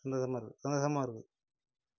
சந்தோஷமாக இருக்குது சந்தோஷமாக இருக்குது